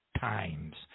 times